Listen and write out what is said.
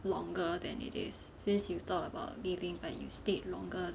longer than it is since you've thought about leaving but you stayed longer